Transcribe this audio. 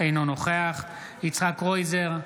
אינו נוכח יצחק קרויזר,